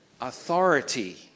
authority